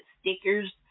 stickers